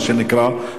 מה שנקרא,